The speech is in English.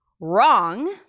Wrong